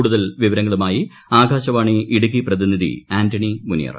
കൂടുതൽ വിവരങ്ങളുമായി ആകാശവാണി ഇടുക്കി പ്രതിനിധി ആന്റണി മുനിയറ